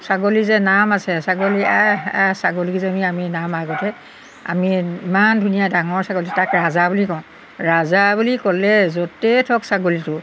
ছাগলী যে নাম আছে ছাগলী আহ আহ ছাগলীকেইজনী আমি নাম আগতে আমি ইমান ধুনীয়া ডাঙৰ ছাগলী তাক ৰাজা বুলি কওঁ ৰাজা বুলি ক'লে য'তে থাকক ছাগলীটো